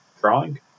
drawing